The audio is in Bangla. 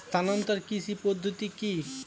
স্থানান্তর কৃষি পদ্ধতি কি?